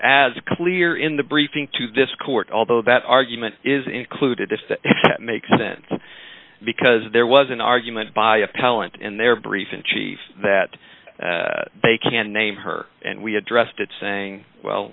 as clear in the briefing to this court although that argument is included if that makes sense because there was an argument by appellant in their brief in chief that they can name her and we addressed it saying well